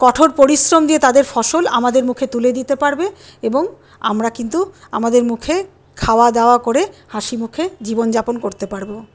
কঠোর পরিশ্রম দিয়ে তাদের ফসল আমাদের মুখে তুলে দিতে পারবে এবং আমরা কিন্তু আমাদের মুখে খাওয়া দাওয়া করে হাসি মুখে জীবন যাপন করতে পারব